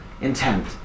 intent